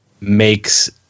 makes